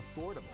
Affordable